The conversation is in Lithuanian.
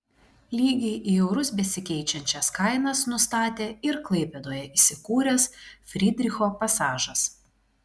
lygiai į eurus besikeičiančias kainas nustatė ir klaipėdoje įsikūręs frydricho pasažas